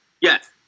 Yes